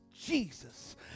Jesus